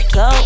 go